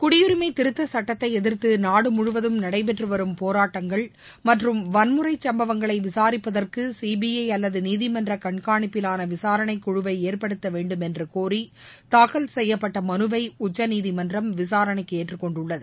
குடியுரிமை திருத்தச் சட்டத்தை எதிர்த்து நாடு முழுவதும் நடைபெற்று வரும் போராட்டங்கள் மற்றும் வன்முறை சம்பவங்களை விசாிப்பதற்கு சிபிஐ அல்லது நீதிமன்ற கண்காணிப்பிலான விசாரணைக் குழுவை ஏற்படுத்த வேண்டுமென்று கோரி தாக்கல் செய்யப்பட்ட மனுவை உச்சநீதிமன்றம் விசாரணைக்கு ஏற்றுக் கொண்டுள்ளது